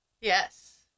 Yes